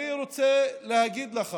אני רוצה להגיד לך